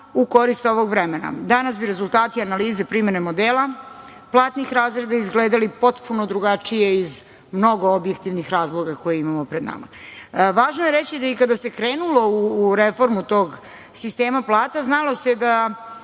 u korist ovog vremena. Danas bi rezultati i analize primene modela platnih razreda izgledali potpuno drugačije iz mnogo objektivnih razloga koje imamo pred nama. Važno je reći da i kada se krenulo u reformu tog sistema plata znalo se da